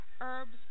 herbs